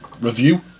review